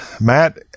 matt